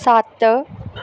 ਸੱਤ